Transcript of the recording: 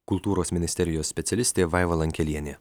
kultūros ministerijos specialistė vaiva lankelienė